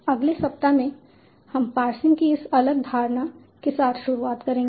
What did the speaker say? अगले सप्ताह में हम पार्सिंग की इस अलग धारणा के साथ शुरुआत करेंगे